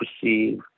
perceive